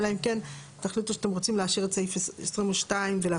אלא אם כן תחליטו שאתם רוצים להשאיר את סעיף 22 ולהפנות,